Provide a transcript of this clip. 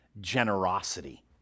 generosity